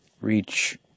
reach